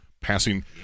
passing